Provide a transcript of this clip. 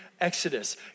Exodus